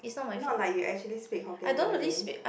not like you actually speak hokkien to me